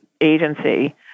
agency